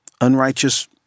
unrighteous